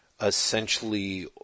essentially